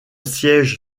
siège